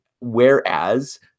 Whereas